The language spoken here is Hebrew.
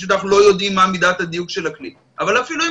פשוט אנחנו לא יודעים מה מידת הדיוק של הכלי אבל אפילו אם